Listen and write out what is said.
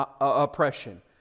oppression